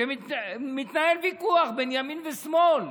מתנהל ויכוח בין ימין ושמאל,